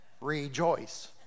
Rejoice